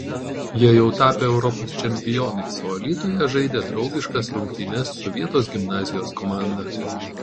jie jau tapę europos čempionais o alytuje žaidė draugiškas rungtynes su vietos gimnazijos komanda